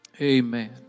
amen